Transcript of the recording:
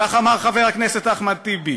כך אמר חבר הכנסת אחמד טיבי,